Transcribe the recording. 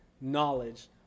knowledge